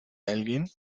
alguien